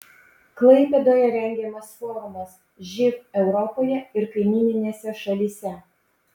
klaipėdoje rengiamas forumas živ europoje ir kaimyninėse šalyse